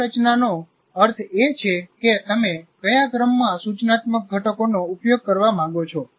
વ્યૂહરચનાનો અર્થ એ છે કે તમે કયા ક્રમમાં સૂચનાત્મક ઘટકોનો ઉપયોગ કરવા માંગો છો